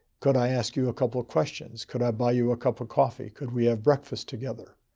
could i ask you a couple of questions? could i buy you a cup of coffee? could we have breakfast together?